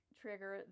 trigger